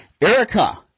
Erica